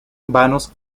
vanos